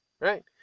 Right